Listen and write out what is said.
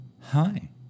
Hi